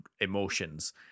emotions